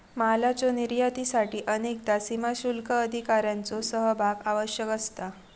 मालाच्यो निर्यातीसाठी अनेकदा सीमाशुल्क अधिकाऱ्यांचो सहभाग आवश्यक असता